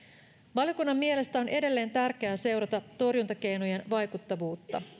valiokunnan mielestä on edelleen tärkeää seurata torjuntakeinojen vaikuttavuutta